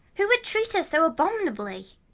who would treat her so abominably?